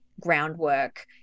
groundwork